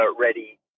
ready